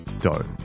dough